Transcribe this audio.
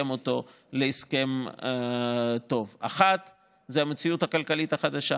אותו בהסכם טוב: אחד זה המציאות הכלכלית החדשה.